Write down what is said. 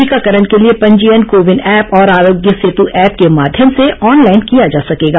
टीकाकरण के लिए पंजीयन कोविन ऐप और आरोग्य सेतु ऐप के माध्यम से ऑनलाइन किया जा सकेगा